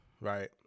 right